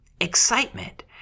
excitement